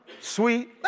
Sweet